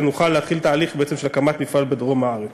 ונוכל להתחיל תהליך של הקמת מפעל בדרום הארץ.